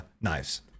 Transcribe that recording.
knives